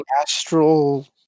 astral